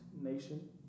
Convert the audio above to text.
Nation